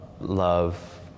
Love